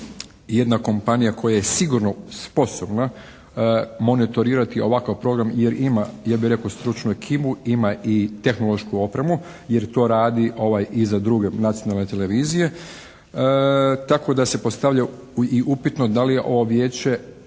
jedna kompanija koja je sigurno sposobna monitorirati ovakav program jer ima, ja bih rekao, stručnu ekipu, ima i tehnološku opremu jer to radi i za druge nacionalne televizije. Tako da se postavljaju i upitno da li je ovo Vijeće